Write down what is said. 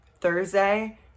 Thursday